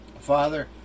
Father